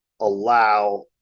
allow